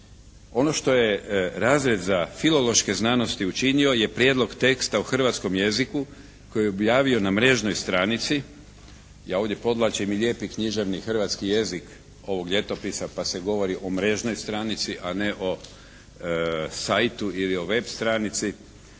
Ono što je razred za filološke znanosti učinio je prijedlog teksta u hrvatskom jeziku koji je objavio na mrežnoj stranici. Ja ovdje podvlačim i lijepi književni hrvatski jezik ovog ljetopisa pa se govori o mrežnoj stranici a ne o sajtu ili o web stranici.